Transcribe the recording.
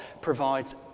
provides